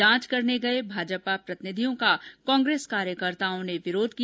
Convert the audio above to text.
जांच करने गये भाजपा प्रतिनिधियों का कांग्रेस कार्यकर्ताओं ने विरोध किया